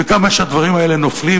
וכמה שהדברים האלה נופלים?